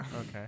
okay